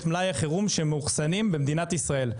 מלאי החירום שמאוחסנים במדינת ישראל.